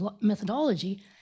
methodology